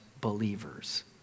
believers